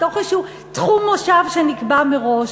לתוך איזשהו תחום מושב שנקבע מראש,